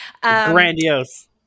Grandiose